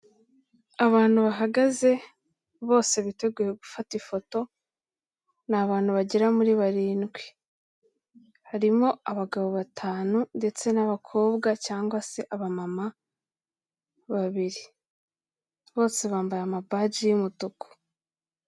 Abantu bahagaze bose biteguye gufata ifoto ni abantu bagera muri barindwi. Harimo abagabo batanu ndetse n'abakobwa cyangwa se abamama babiri. Bose bambaye amapaji y'umutuku.